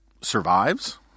survives